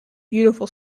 beautiful